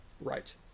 Right